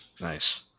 Nice